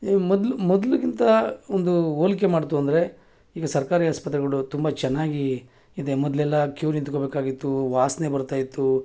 ಈ ಮೊದ್ಲು ಮೊದ್ಲಿಗಿಂತ ಒಂದು ಹೋಲ್ಕೆ ಮಾಡಿತು ಅಂದರೆ ಈಗ ಸರ್ಕಾರಿ ಆಸ್ಪತ್ರೆಗಳು ತುಂಬ ಚೆನ್ನಾಗಿ ಇದೆ ಮೊದಲೆಲ್ಲ ಕ್ಯೂ ನಿಂತ್ಕೊಳ್ಬೇಕಾಗಿತ್ತು ವಾಸನೆ ಬರ್ತಾಯಿತ್ತು